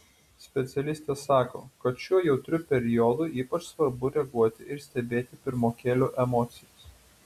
specialistė sako kad šiuo jautriu periodu ypač svarbu reaguoti ir stebėti pirmokėlių emocijas